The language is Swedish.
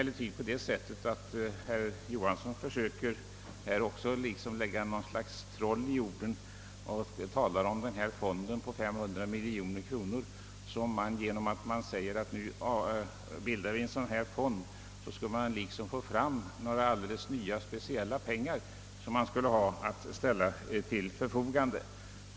Herr Johansson låter det gå troll i orden; då han talar om den näringspolitiska fondens 500 miljoner, så gör han det som om det vore fråga om något slags nya pengar som skulle ställas till näringslivets förfogande.